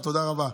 תודה רבה.